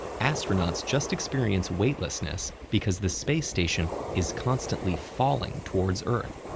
astronauts just experience weightlessness because the space station is constantly falling towards earth.